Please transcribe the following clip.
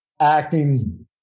acting